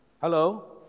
Hello